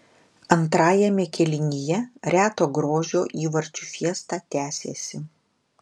antrajame kėlinyje reto grožio įvarčių fiesta tęsėsi